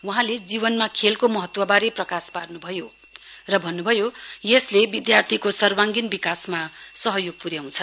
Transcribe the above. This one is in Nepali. वहाँले जीवनमा खेलके महत्ववारे प्रकाश पार्नुभयो र भन्नुभयो यसले विद्यार्थीको सर्वाङ्गीण विकासमा सहयोग पुर्याउँछ